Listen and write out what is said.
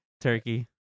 Turkey